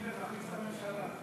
גילה, נחליף את הממשלה.